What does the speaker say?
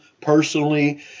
personally